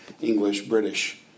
English-British